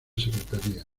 secretaría